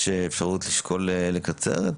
יש אפשרות לשקול לקצר?